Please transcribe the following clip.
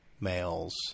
males